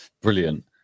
brilliant